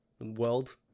world